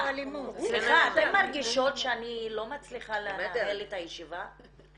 אתן מרגישות שאני לא מצליחה לנהל את הישיבה?